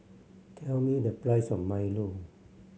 tell me the price of milo